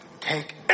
take